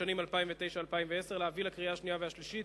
לשנים 2009 ו-2010): להביא לקריאה השנייה והשלישית